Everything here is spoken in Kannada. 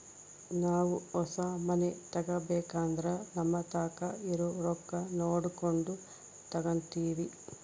ನಾವು ಹೊಸ ಮನೆ ತಗಬೇಕಂದ್ರ ನಮತಾಕ ಇರೊ ರೊಕ್ಕ ನೋಡಕೊಂಡು ತಗಂತಿವಿ